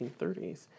1930s